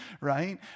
right